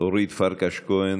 אורית פרקש הכהן,